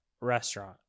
restaurant